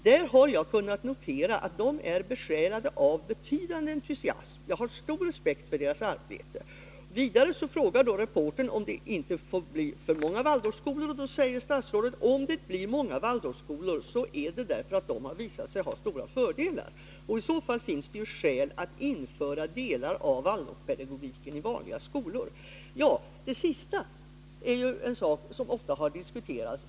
Där har jag kunnat notera att de är besjälade av betydande entusiasm. Jag har stor respekt för deras arbete.” Reportern frågar om det inte får bli för många Waldorfskolor, och då säger statsrådet: ”Om det blir många Waldorfskolor så är det därför att de har visat sig ha stora fördelar. Och i så fall finns det ju skäl att införa delar av Waldorfpedagogiken i vanliga skolor.” Ja, det sistnämnda är ju en sak som ofta har diskuterats.